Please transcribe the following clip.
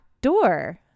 door